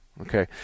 Okay